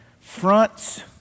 fronts